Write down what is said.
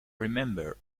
remember